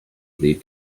lead